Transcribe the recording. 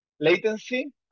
latency